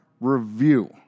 review